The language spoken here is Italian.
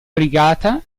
brigata